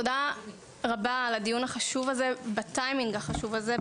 תודה רבה על הדיון החשוב הזה בטיימינג החשוב הזה.